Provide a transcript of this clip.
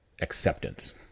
acceptance